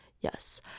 yes